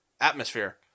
atmosphere